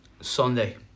Sunday